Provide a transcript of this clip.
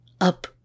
up